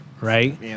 Right